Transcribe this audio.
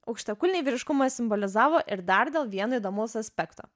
aukštakulniai vyriškumą simbolizavo ir dar dėl vieno įdomaus aspekto